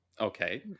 Okay